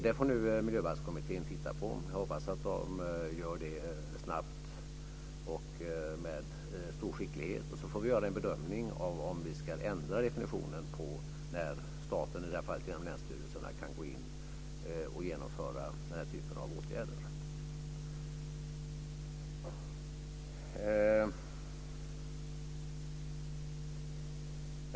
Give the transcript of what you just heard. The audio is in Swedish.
Det får nu Miljöbalkskommittén titta på. Jag hoppas att man gör det snabbt och med stor skicklighet, och så får vi göra en bedömning av om vi ska ändra definitionen av när staten, i det här fallet genom länsstyrelserna, kan gå in och genomföra den här typen av åtgärder.